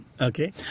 Okay